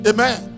Amen